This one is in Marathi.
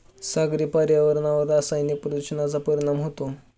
सागरी पर्यावरणावर रासायनिक प्रदूषणाचा परिणाम होतो